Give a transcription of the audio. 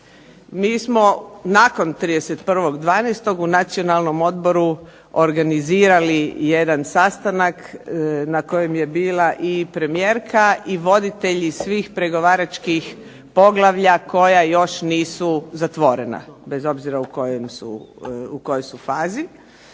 Mi smo nakon 31.12. u Nacionalnom odboru organizirali jedan sastanak na kojem je bila i premijerka i voditelji svih pregovaračkih poglavlja koja još nisu zatvorena bez obzira u kojoj su fazi.